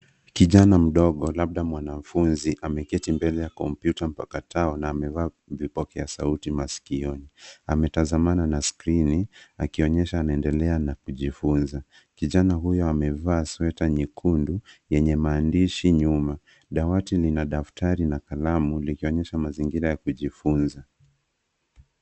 Kijana mdogo, labda mwanafunzi, ameketi mbele ya kompyuta mpakato na amevaa vipokea sauti masikioni. Ametazamana na skrini, akionyesha anaendelea na kujifunza. Kijana huyo amevaa sweta nyekundu yenye maandishi nyuma. Dawati lina daftari na kalamu, likionyesha mazingira ya kujifunzia.